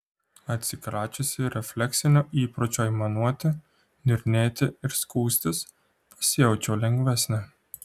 atsikračiusi refleksinio įpročio aimanuoti niurnėti ir skųstis pasijaučiau lengvesnė